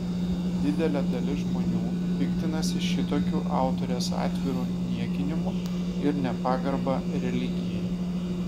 didelė dalis žmonių piktinasi šitokiu autorės atviru niekinimu ir nepagarba religijai